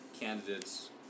candidates